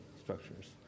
structures